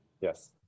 yes